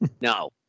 No